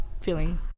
feeling